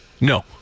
No